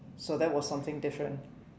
so that was something different